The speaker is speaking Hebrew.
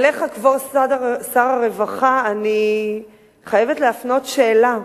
אליך, כבוד שר הרווחה, אני חייבת להפנות שאלה.